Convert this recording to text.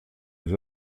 les